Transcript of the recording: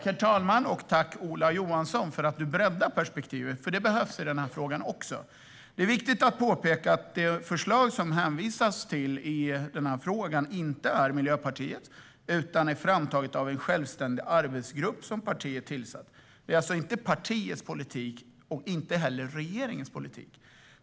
Herr talman! Tack, Ola Johansson, för att du breddar perspektivet, för det behövs i den här frågan också. Det är viktigt att påpeka att det förslag som det hänvisas till i frågan inte är Miljöpartiets utan är framtaget av en självständig arbetsgrupp som partiet tillsatt. Det är alltså inte partiets och inte heller regeringens politik.